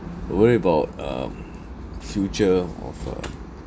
worry about um future of uh